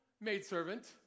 maidservant